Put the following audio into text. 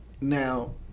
Now